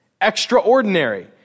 extraordinary